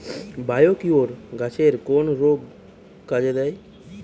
Biocure গাছের কোন রোগে কাজেদেয়?